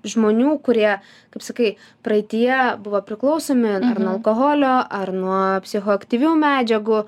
žmonių kurie kaip sakai praeityje buvo priklausomi nuo alkoholio ar nuo psichoaktyvių medžiagų